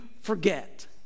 forget